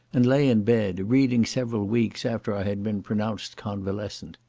and lay in bed reading several weeks after i had been pronounced convalescent.